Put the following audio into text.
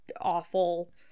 awful